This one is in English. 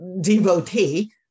devotee